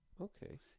Okay